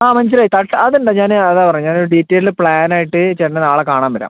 ആ മനസിലായി തട്ട് അതല്ല ഞാന് അതാ പറഞ്ഞത് ഞാനൊരു ഡീറ്റൈൽഡ് പ്ലാനായിട്ട് ചേട്ടനെ നാളെ കാണാൻ വരാം